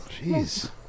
Jeez